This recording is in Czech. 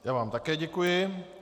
Já vám také děkuji.